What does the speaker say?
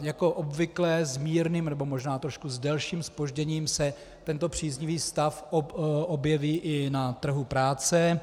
Jako obvykle s mírným, nebo možná s trošku delším zpožděním se tento příznivý stav objeví i na trhu práce.